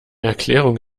erklärung